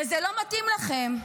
וזה לא מתאים לכם.